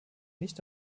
nicht